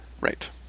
Right